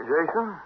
Jason